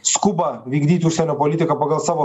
skuba vykdyti užsienio politiką pagal savo